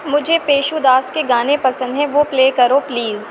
مجھے ییشو داس کے گانے پسند ہیں وہ پلے کرو پلیز